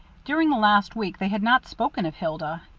during the last week they had not spoken of hilda,